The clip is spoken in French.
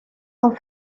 sont